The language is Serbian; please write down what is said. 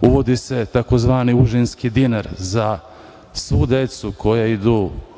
Uvodi se tzv. užinski dinar za svu decu koja idu